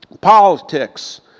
Politics